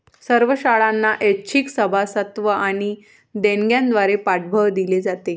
सर्व शाळांना ऐच्छिक सभासदत्व आणि देणग्यांद्वारे पाठबळ दिले जाते